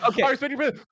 okay